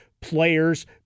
players